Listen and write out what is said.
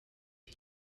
you